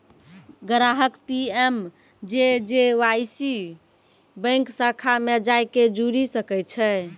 ग्राहक पी.एम.जे.जे.वाई से बैंक शाखा मे जाय के जुड़ि सकै छै